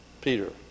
Peter